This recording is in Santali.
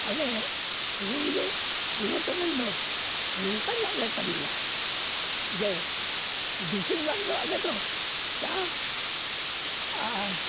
ᱟᱞᱮ ᱯᱩᱨᱩᱞᱤᱭᱟᱹ ᱦᱚᱱᱚᱛ ᱨᱮᱱ ᱫᱚ ᱱᱚᱝᱠᱟ ᱧᱚᱜ ᱞᱮ ᱠᱟᱹᱢᱤᱭᱟ ᱡᱮ ᱵᱤᱥᱤᱨ ᱵᱷᱟᱜᱽ ᱫᱚ ᱟᱞᱮ ᱫᱚ ᱪᱟᱥ ᱟᱨ